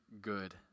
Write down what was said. good